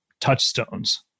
touchstones